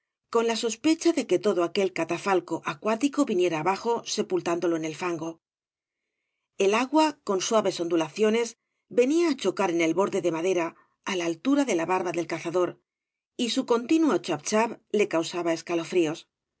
con la sospecha de que todo aquel catafalco acuático viniera abajo sepultándolo en el fango el agua con suaves ondulado nes venía á chocar en el borde de madera á la altura de la barba del cazador y su continuo chap cjiap le causaba escalofríos